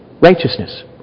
Righteousness